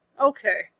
Okay